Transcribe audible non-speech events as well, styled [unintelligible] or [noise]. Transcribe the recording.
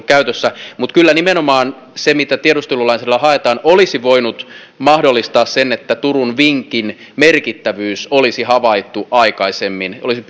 [unintelligible] käytössä mutta kyllä nimenomaan se mitä tiedustelulainsäädännöllä haetaan olisi voinut mahdollistaa sen että turun vinkin merkittävyys olisi havaittu aikaisemmin olisi [unintelligible]